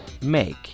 make